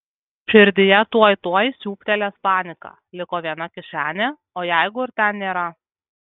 širdyje tuoj tuoj siūbtelės panika liko viena kišenė o jeigu ir ten nėra